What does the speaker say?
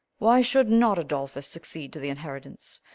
why should not adolphus succeed to the inheritance?